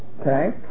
Okay